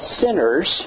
sinners